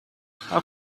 how